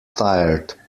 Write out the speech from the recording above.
tired